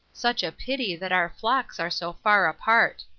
such a pity that our flocks are so far apart!